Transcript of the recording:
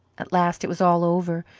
at last it was all over.